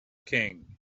king